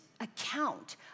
account